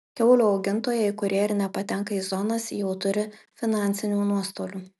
kiaulių augintojai kurie ir nepatenka į zonas jau turi finansinių nuostolių